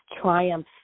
triumph